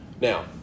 Now